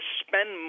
spend